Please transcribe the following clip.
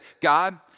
God